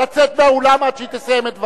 לצאת מהאולם עד שהיא תסיים את דברה.